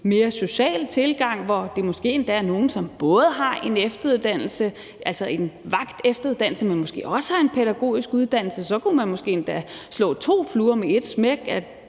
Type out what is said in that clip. mere social tilgang, hvor det måske endda er nogle, som både har en efteruddannelse, altså en vagtefteruddannelse, men måske også har en pædagogisk uddannelse. Så kunne man måske endda slå to fluer med et smæk,